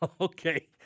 Okay